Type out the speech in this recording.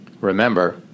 Remember